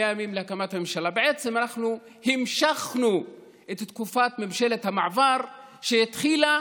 שבעצם המשכנו את תקופת ממשלת המעבר שהתחילה